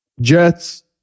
Jets